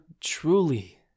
truly